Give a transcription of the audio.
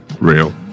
real